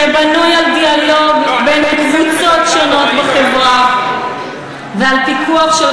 שבנוי על דיאלוג בין קבוצות שונות בחברה ועל פיקוח של